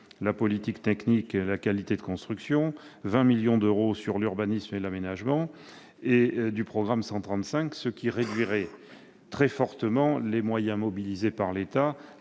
la politique technique et la qualité de construction, mais aussi 20 millions d'euros sur l'urbanisme et l'aménagement, au programme 135, ce qui réduirait très fortement les moyens mobilisés par l'État